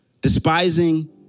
Despising